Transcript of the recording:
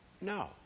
no